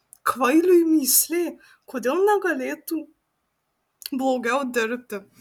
kvailiui mįslė kodėl negalėtų blogiau dirbti